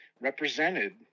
represented